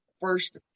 first